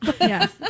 Yes